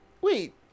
Wait